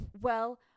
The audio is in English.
Well